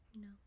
No